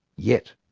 yet.